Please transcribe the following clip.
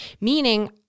Meaning